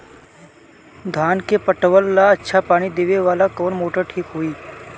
धान के पटवन ला अच्छा पानी देवे वाला कवन मोटर ठीक होई?